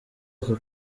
aka